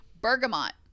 Bergamot